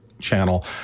channel